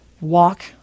walk